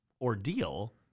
Ordeal